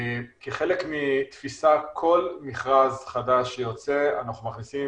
כחלק מתפיסה כל מכרז חדש שלנו שיוצא אנחנו מכניסים